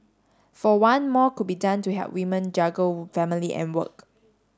for one more could be done to help women juggle family and work